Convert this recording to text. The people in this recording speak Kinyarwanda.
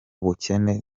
bukene